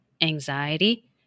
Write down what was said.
anxiety